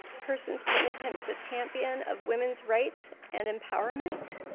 persons painted him as a champion of women's rights and empowerment.